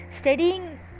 studying